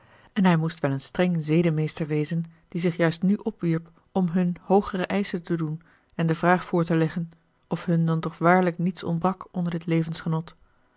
en hij moest wel een streng zedenmeester wezen die zich juist nu opwierp om hun hoogere eischen te doen en de vraag voor te leggen of hun dan toch waarlijk niets ontbrak onder dit levensgenot